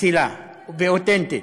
אצילה ואותנטית.